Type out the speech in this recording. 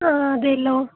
ആ അതേലോ